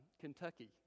Kentucky